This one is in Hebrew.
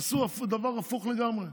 עשו דבר הפוך לגמרי.